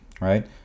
right